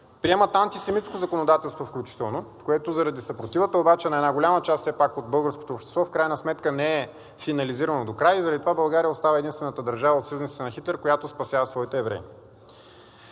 Приемат антисемитско законодателство включително, което заради съпротивата обаче на една голяма част все пак от българското общество в крайна сметка не е финализирано докрай и заради това България остава единствената държава от съюзниците на Хитлер, която спасява своите евреи.